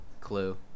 Clue